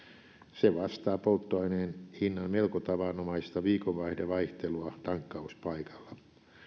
se vastaa polttoaineen hinnan melko tavanomaista viikonvaihdevaihtelua tankkauspaikalla